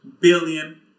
billion